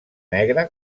negre